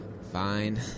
Fine